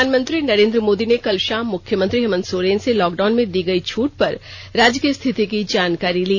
प्रधानमंत्री नरेंद्र मोदी ने कल षाम मुख्यमंत्री हेमंत सोरेन से लॉकडाउन में दी गई छूट पर राज्य की स्थिति की जानकारी ली